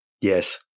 Yes